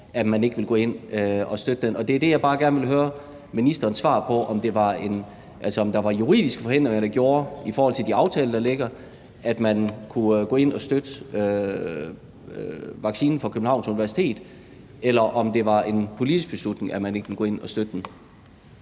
at man ikke ville gå ind at støtte den, så vil jeg bare gerne høre ministerens svar på, om der var juridiske forhindringer i forhold til de aftaler, der ligger, der gjorde, at man ikke kunne gå ind at støtte vaccinen fra Københavns Universitet, eller om det var en politisk beslutning, at man ikke ville gå ind at støtte den.